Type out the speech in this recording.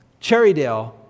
Cherrydale